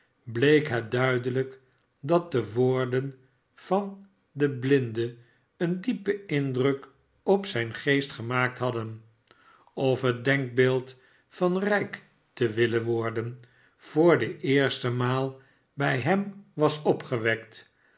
bleek het duidelijk dat de woorden van den blinde een diepen indruk op zijn geest gemaakt hadden of het denkbeeld van rijk te willen worden voor de eerste maal bij hem was opgewekt